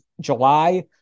July